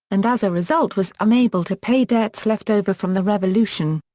and as a result was unable to pay debts left over from the revolution.